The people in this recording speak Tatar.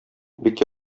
бик